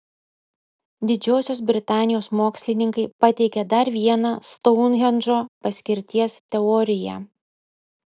didžiosios britanijos mokslininkai pateikė dar vieną stounhendžo paskirties teoriją